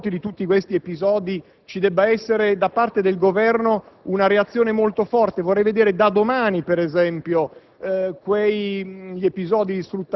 violata? Penso che nei confronti di tutti questi episodi ci debba essere da parte del Governo una reazione molto forte. Vorrei vedere, da domani, perseguiti